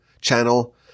channel